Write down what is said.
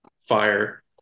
fire